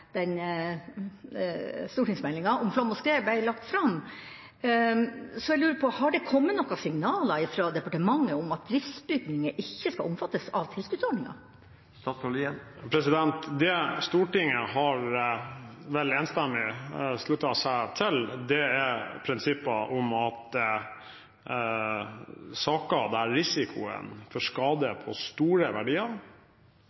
stortingsmeldinga om flom og skred ble lagt fram. Så jeg lurer på: Har det kommet noen signaler fra departementet om at driftsbygninger ikke skal omfattes av tilskuddsordningene? Det Stortinget vel enstemmig har sluttet seg til, er prinsippet om at saker der risikoen for